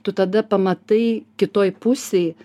tu tada pamatai kitoj pusėj